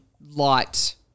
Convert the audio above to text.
light